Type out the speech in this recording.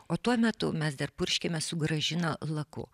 o tuo metu mes dar purškėme su gražina laku